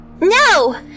No